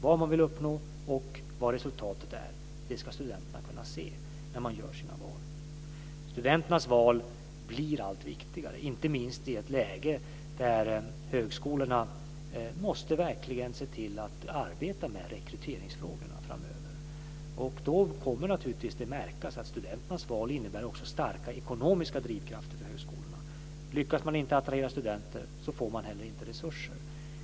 Vad man vill uppnå och vilket resultatet är ska studenterna vara medvetna om när de gör sina val. Studenternas val blir allt viktigare, inte minst i ett läge där högskolorna framöver verkligen måste se till att arbeta med rekryteringsfrågor. Då kommer det naturligtvis att märkas att studenternas val också innebär starka ekonomiska drivkrafter för högskolorna. Lyckas man inte att attrahera studenter, får man heller inte resurser.